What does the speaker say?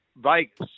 vegas